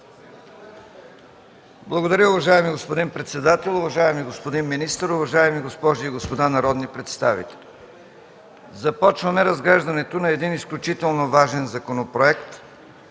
Благодаря. Уважаеми господин председател, уважаеми господин министър, уважаеми госпожи и господа народни представители! Започваме разглеждането на един изключително важен законопроект,